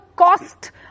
cost